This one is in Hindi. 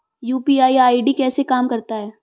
यू.पी.आई आई.डी कैसे काम करता है?